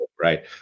right